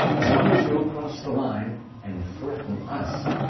as long as you don't cross the line and threaten us,